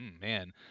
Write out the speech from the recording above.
man